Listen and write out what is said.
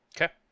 Okay